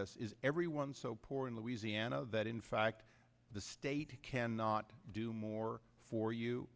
this is everyone so poor in louisiana that in fact the state cannot do more for you